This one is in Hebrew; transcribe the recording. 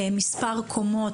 מספר קומות.